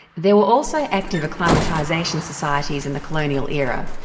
there were also active acclimatisation societies in the colonial era.